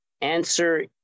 answer